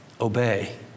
obey